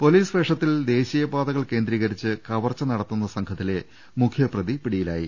police വേഷത്തിൽ ദേശീയപാതകൾ കേന്ദ്രീകരിച്ചു കവർച്ച നടത്തുന്ന സംഘത്തിലെ മുഖ്യപ്രതി പിടിയിലായി